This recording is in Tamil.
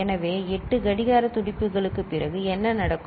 எனவே 8 கடிகார துடிப்புகளுக்குப் பிறகு என்ன நடக்கும்